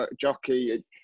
jockey